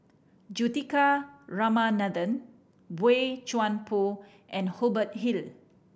Juthika Ramanathan Boey Chuan Poh and Hubert Hill